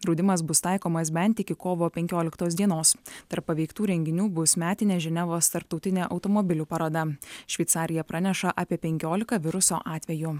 draudimas bus taikomas bent iki kovo penkioliktos dienos tarp paveiktų renginių bus metinė ženevos tarptautinė automobilių paroda šveicarija praneša apie penkiolika viruso atvejų